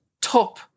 top